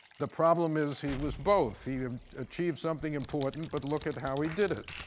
the problem is he was both. he achieved something important, but look at how he did it.